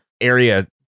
area